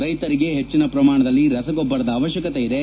ರೈತರಿಗೆ ಹೆಚ್ಚಿನ ಪ್ರಮಾಣದಲ್ಲಿ ರಸಗೊಬ್ಬರದ ಅವಶ್ಯಕತೆ ಇದೆ